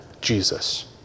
Jesus